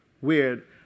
weird